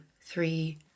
three